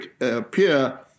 appear